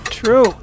true